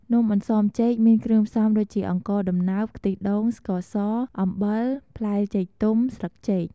នំអន្សមចេកមានគ្រឿងផ្សំដូចជាអង្ករដំណើប ខ្ទិះដូង ស្ករស អំបិល ផ្លែចេកទុំ ស្លឹកចេក។